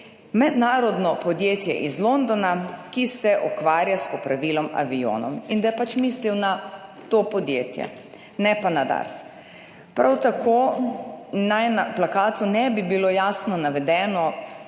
mednarodno podjetje iz Londona, ki se ukvarja s popravilom avionov, in da je pač mislil na to podjetje, ne pa na Dars. Prav tako naj na plakatu ne bi bilo jasno navedeno